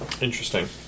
Interesting